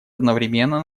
одновременно